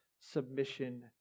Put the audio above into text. submission